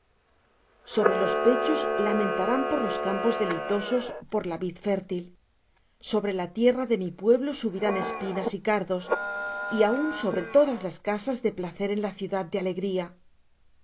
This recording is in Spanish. sobre los pechos lamentarán por los campos deleitosos por la vid fértil sobre la tierra de mi pueblo subirán espinas y cardos y aun sobre todas las casas de placer en la ciudad de alegría